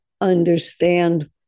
understand